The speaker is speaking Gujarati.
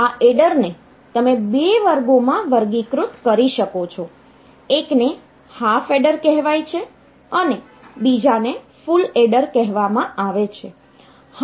આ એડરને તમે બે વર્ગોમાં વર્ગીકૃત કરી શકો છો એકને હાફ એડર કહેવાય છે અને બીજાને ફુલ એડર કહેવામાં આવે છે